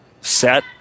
Set